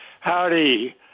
Howdy